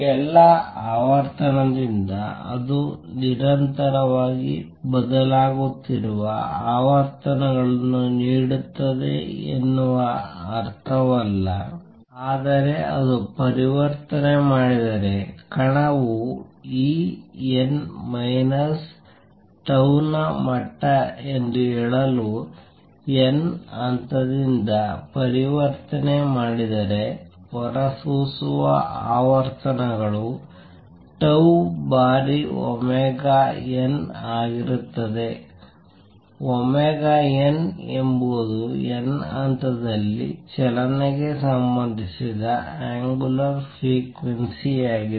ಎಲ್ಲಾ ಆವರ್ತನದಿಂದ ಅದು ನಿರಂತರವಾಗಿ ಬದಲಾಗುತ್ತಿರುವ ಆವರ್ತನಗಳನ್ನು ನೀಡುತ್ತದೆ ಎನ್ನುವ ಅರ್ಥವಲ್ಲ ಆದರೆ ಅದು ಪರಿವರ್ತನೆ ಮಾಡಿದರೆ ಕಣವು E n ಮೈನಸ್ ಟೌ ನ ಮಟ್ಟ ಎಂದು ಹೇಳಲು n ಹಂತದಿಂದ ಪರಿವರ್ತನೆ ಮಾಡಿದರೆ ಹೊರಸೂಸುವ ಆವರ್ತನಗಳು ಟೌ ಬಾರಿ ಒಮೆಗಾ n ಆಗಿರುತ್ತದೆ ಒಮೆಗಾ n ಎಂಬುದು n ನ ಹಂತದಲ್ಲಿ ಚಲನೆಗೆ ಸಂಬಂಧಿಸಿದ ಅಂಗುಲರ್ ಫ್ರೀಕ್ವೆನ್ಸಿ ಆಗಿದೆ